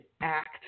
act